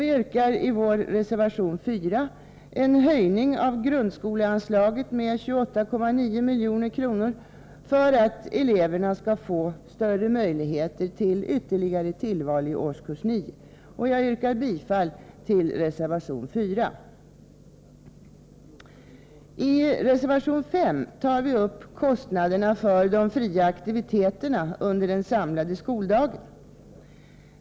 Vi yrkar i vår reservation 4 en höjning av grundskoleanslaget med 28,9 milj.kr. för att eleverna skall få större möjligheter till ytterligare tillval i årskurs 9. Jag yrkar bifall till reservation 4. I reservation 5 tar vi upp kostnaderna för de fria aktiviteterna under den samlade skoldagen.